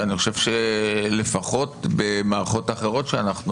כשאני חושב שלפחות במערכות אחרות שאנחנו